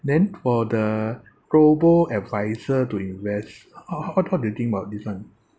then for the global advisor to invest uh what what do you think about this [one]